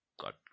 God